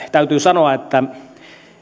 täytyy sanoa että